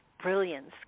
brilliance